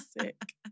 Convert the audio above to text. sick